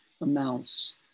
amounts